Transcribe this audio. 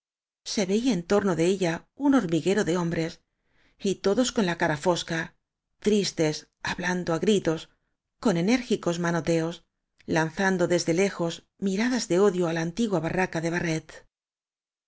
se veía en torno de ella un hormiguero de hombres y todos con la cara fosca tristes hablando á gritos con enér gicos manoteos lanzando desde lejos miradas de odio á la anticua barraca de barret